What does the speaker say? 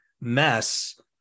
mess